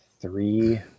three